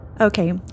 Okay